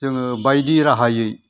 जोङो बायदि राहायै